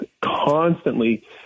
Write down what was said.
constantly